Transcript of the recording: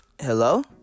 Hello